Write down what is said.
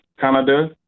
Canada